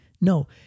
No